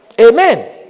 amen